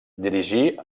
dirigí